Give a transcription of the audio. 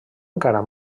encara